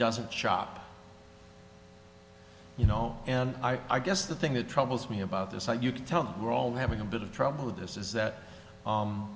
doesn't shop you know and i guess the thing that troubles me about this site you can tell we're all having a bit of trouble with this is that